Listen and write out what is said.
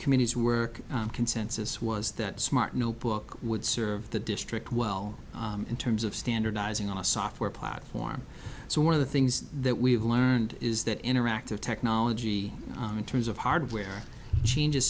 community's work consensus was that smart notebook would serve the district well in terms of standardizing on a software platform so one of the things that we have learned is that interactive technology in terms of hardware changes